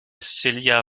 silja